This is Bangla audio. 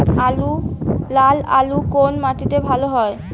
লাল আলু কোন মাটিতে ভালো হয়?